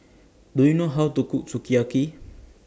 Do YOU know How to Cook Sukiyaki